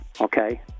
Okay